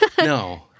No